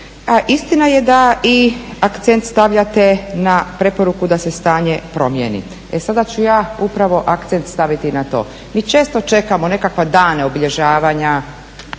istina je da i akcent stavljate na preporuku da se stanje promijeni. E sada ću ja upravo akcent staviti na to. Mi često čekamo nekakve dane obilježavanja,